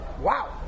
Wow